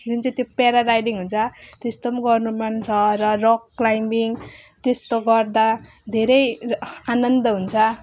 जुन चाहिँ त्यो पारा डाइभिङ हुन्छ त्यस्तो पनि गर्नु मन छ र रक क्लाइम्बिङ त्यस्तो गर्दा धेरै र आनन्द हुन्छ